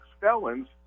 felons